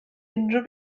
unrhyw